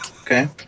Okay